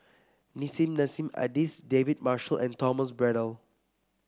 Nissim Nassim Adis David Marshall and Thomas Braddell